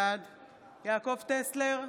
בעד יעקב טסלר,